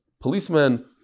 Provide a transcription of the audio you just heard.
policemen